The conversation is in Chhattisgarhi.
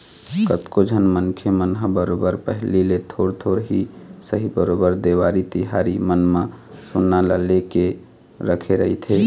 कतको झन मनखे मन ह बरोबर पहिली ले थोर थोर ही सही बरोबर देवारी तिहार मन म सोना ल ले लेके रखे रहिथे